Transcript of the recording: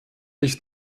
ich